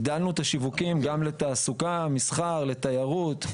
הגדלנו את השיווקים גם לתעסוקה, מסחר, תיירות.